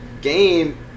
game